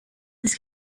this